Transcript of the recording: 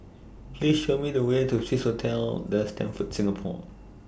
Please Show Me The Way to Swissotel The Stamford Singapore